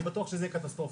אני בטוח שזה יהיה קטסטרופה,